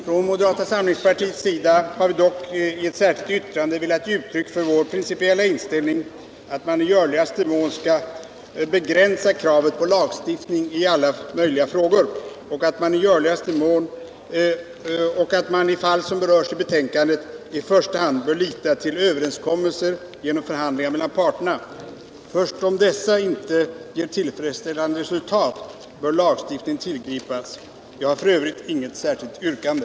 Från moderata samlingspartiets sida har vi dock i ett särskilt yttrande velat ge uttryck för vår principiella inställning att man i görligaste mån skall begränsa kravet på lagstiftning i alla frågor där det är möjligt, och att man i fall som berörs i betänkandet i första hand bör lita till överenskommelser genom förhandlingar mellan parterna. Först om dessa inte ger tillfredsställande resultat bör särskild lagstiftning tillgripas. Jag har f. ö. inget särskilt yrkande.